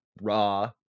raw